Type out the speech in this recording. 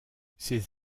ces